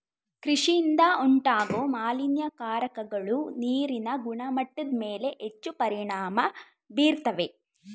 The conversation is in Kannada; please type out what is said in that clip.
ಕೃಷಿಯಿಂದ ಉಂಟಾಗೋ ಮಾಲಿನ್ಯಕಾರಕಗಳು ನೀರಿನ ಗುಣಮಟ್ಟದ್ಮೇಲೆ ಹೆಚ್ಚು ಪರಿಣಾಮ ಬೀರ್ತವೆ